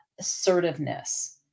assertiveness